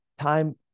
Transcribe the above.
Time